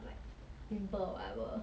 I don't know breathing in your own like